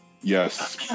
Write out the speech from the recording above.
Yes